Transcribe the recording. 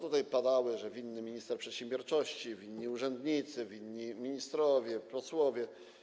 Tutaj padało, że winny jest minister przedsiębiorczości, winni są urzędnicy, winni są ministrowie, posłowie.